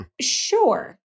Sure